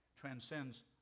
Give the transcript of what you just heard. transcends